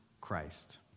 Christ